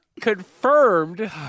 confirmed